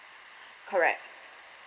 correct